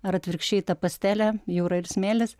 ar atvirkščiai ta pastelė jūra ir smėlis